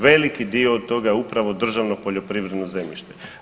Veliki dio od toga je upravo državno poljoprivredno zemljište.